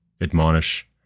admonish